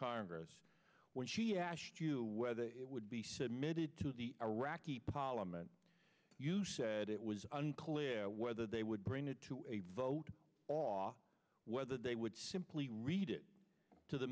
congress when she asked you whether it would be submitted to the iraqi parliament you said it was unclear whether they would bring it to a vote off whether they would simply read it to the